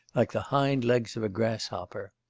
like the hind-legs of a grasshopper.